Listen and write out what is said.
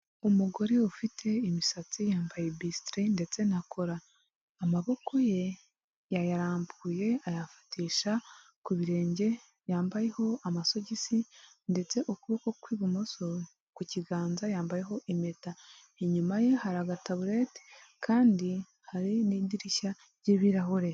Umugore ufite imisatsi yambaye bisitiri ndetse na kora, amaboko ye yayarambuye ayafatisha ku birenge yambayeho amasogisi ndetse ukuboko kw'ibumoso ku kiganza yambayeho impeta, inyuma ye hari agataburete kandi hari n'idirishya ry'ibirahure.